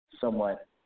somewhat